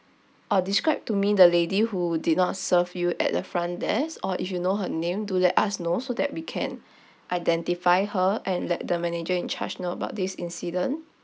uh describe to me the lady who did not serve you at the front desk or if you know her name do let us know so that we can identify her and let the manager in charge know about this incident